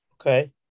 Okay